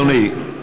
אדוני.